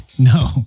No